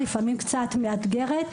ולפעמים קצת מאתגרת,